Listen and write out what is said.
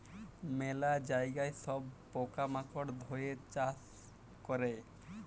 ম্যালা জায়গায় সব পকা মাকড় ধ্যরে চাষ ক্যরে